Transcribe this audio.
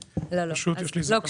פשוט יש לי זיכרון.